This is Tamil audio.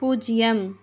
பூஜ்ஜியம்